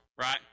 Right